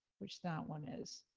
which that one is.